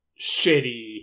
shitty